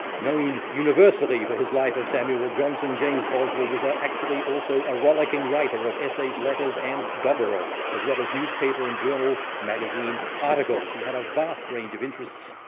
known universally for his life of samuel johnson, james boswell was ah actually also a rollicking writer of essays, letters, and doggerel, as well as newspaper and journal magazine articles. he had a vast range of interests,